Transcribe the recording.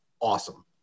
awesome